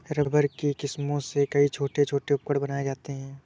rubber की किस्मों से कई छोटे छोटे उपकरण बनाये जाते हैं